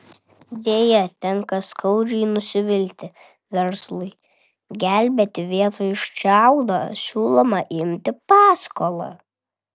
deja tenka skaudžiai nusivilti verslui gelbėti vietoj šiaudo siūloma imti paskolą